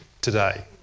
today